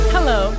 Hello